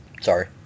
Sorry